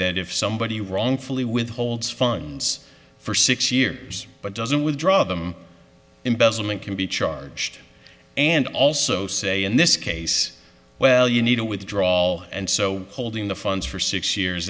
that if somebody wrongfully withholds funds for six years but doesn't withdraw them embezzling can be charged and also say in this case well you need a withdrawal and so holding the funds for six years